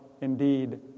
indeed